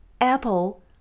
Apple